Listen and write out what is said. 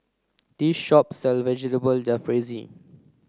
this shop sells Vegetable Jalfrezi